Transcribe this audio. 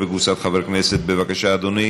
25 בעד, אפס מתנגדים,